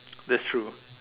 that's true